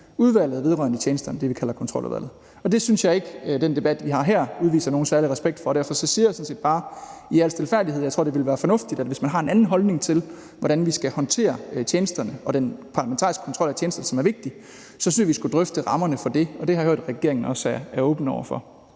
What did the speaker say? udvalget vedrørende tjenesterne, altså det, vi kalder Kontroludvalget. Og det synes jeg ikke at den debat, vi har her, udviser nogen særlig respekt for. Derfor siger jeg sådan set bare i al stilfærdighed, at jeg synes, at vi, hvis man har en anden holdning til, hvordan vi skal håndtere tjenesterne og den parlamentariske kontrol af tjenesterne, som er vigtig, så skulle drøfte rammerne for det, og det har jeg også hørt at regeringen er åbne over for.